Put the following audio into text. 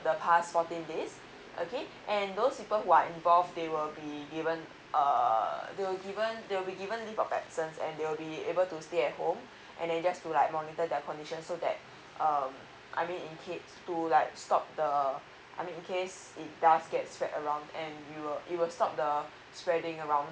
for the past fourteen days okay and those people who are involved they will be given um they will given they will be given leave of absence and they will be able to stay at home and then just to like monitor their condition so that uh I mean in case to like stop the I mean in case it does get spread around and we will it will stop the spreading around